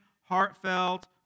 heartfelt